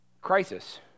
Crisis